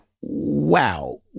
wow